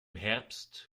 herbst